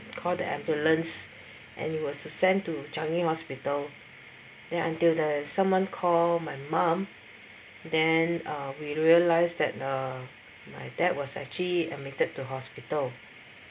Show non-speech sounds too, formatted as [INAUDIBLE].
called the ambulance [BREATH] and he was sent to changi hospital then until the someone called my mom then uh we realised that uh my dad was actually admitted to hospital